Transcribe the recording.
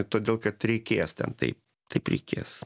todėl kad reikės ten tai taip reikės